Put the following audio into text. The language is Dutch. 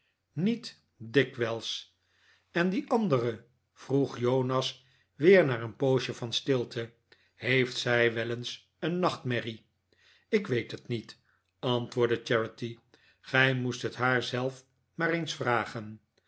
niet dikwijls en die andere vroeg jonas weer na een poos van stilte heeft zij wel eens een nachtmerrie ik weet het niet antwoordde charity gij moest het haar zelf maar eens vragen